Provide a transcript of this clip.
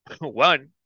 One